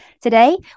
Today